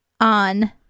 on